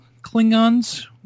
Klingons